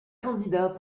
candidat